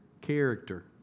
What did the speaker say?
character